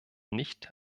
nicht